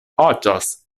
aĉas